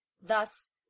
thus